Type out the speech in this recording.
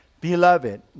Beloved